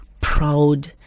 proud